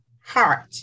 heart